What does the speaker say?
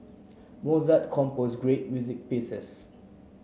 Mozart compose great music pieces